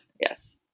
yes